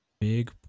big